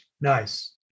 Nice